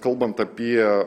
kalbant apie